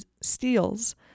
steals